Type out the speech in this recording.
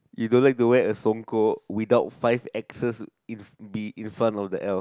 he don't like to wear a sonko without five X S in be in front of the L